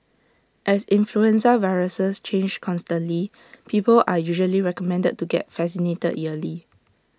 as influenza viruses change constantly people are usually recommended to get vaccinated yearly